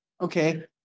Okay